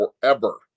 forever